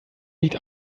liegt